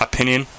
Opinion